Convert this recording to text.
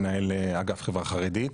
מנהל אגף חברה חרדית.